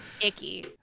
icky